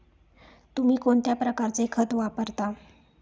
तुम्ही कोणत्या प्रकारचे खत वापरता?